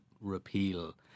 repeal